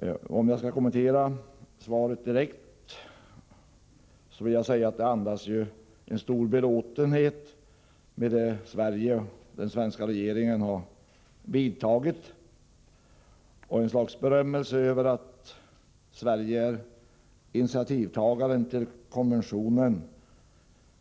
Om jag direkt skall kommentera svaret, vill jag säga att det andas en stor belåtenhet över det som Sverige och den svenska regeringen har gjort och ett slags självberöm över att Sverige är initiativtagare till den konvention